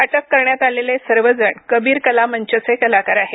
अटक करण्यात आलेले सर्वजण कबीर कला मंचचे कलाकार आहेत